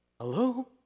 Hello